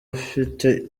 afite